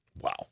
Wow